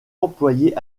employé